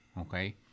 okay